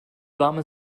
warme